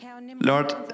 Lord